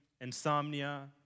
insomnia